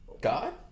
God